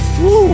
Woo